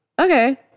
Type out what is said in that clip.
Okay